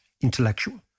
intellectual